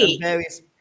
various